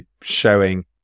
showing